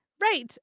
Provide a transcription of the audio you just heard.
right